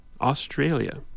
Australia